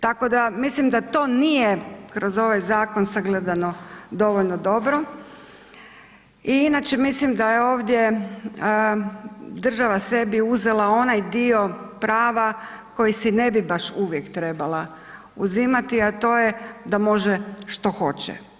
Tako da, mislim da to nije kroz ovaj zakon sagledano dovoljno dobro i inače mislim da je ovdje država sebi uzeli onaj dio prava koji si ne bi baš uvijek trebala uzimati, a to je da može što hoće.